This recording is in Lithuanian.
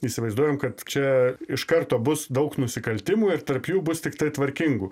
įsivaizduojam kad čia iš karto bus daug nusikaltimų ir tarp jų bus tiktai tvarkingų